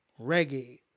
reggae